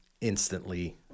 instantly